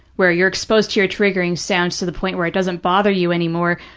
where you're exposed to your triggering sounds to the point where it doesn't bother you anymore.